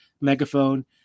Megaphone